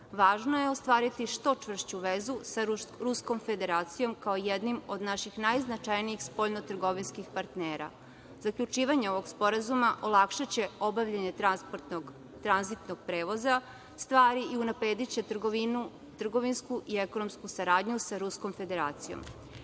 Važno je ostvariti što čvršću vezu sa Ruskom Federacijom kao jednim od naših najznačajnih spoljno-trgovinskih partnera. Zaključivanje ovih sporazuma olakšaće obavljanje transportnog tranzitnog prevoza stvari i unaprediće trgovinsku i ekonomsku saradnju sa Ruskom Federacijom. Nadležni